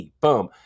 Boom